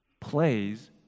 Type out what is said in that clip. plays